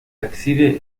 exhibe